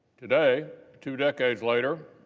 today, two decades later,